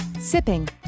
Sipping